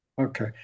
Okay